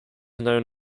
known